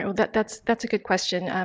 well, but that's that's a good question,